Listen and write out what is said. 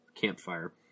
campfire